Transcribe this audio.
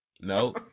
no